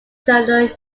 journal